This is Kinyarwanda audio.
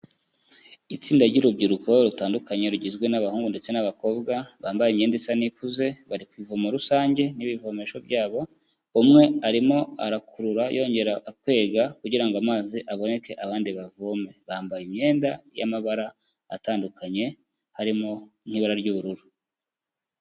Itsinda ry'urubyiruko rutandukanye rugizwe n'abahungu ndetse n'abakobwa, bambaye imyenda isa n'ikuze bari ku ivomo rusange n'ibivomesho byabo, umwe arimo arakurura yongera akwega kugira ngo amazi aboneke abandi bavome, bambaye imyenda y'amabara atandukanye, harimo nk'ibara ry'ubururu.